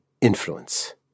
influence